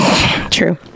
true